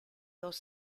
dos